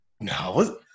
No